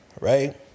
Right